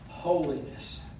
Holiness